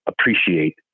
appreciate